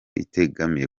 itegamiye